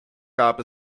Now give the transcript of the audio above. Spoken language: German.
gab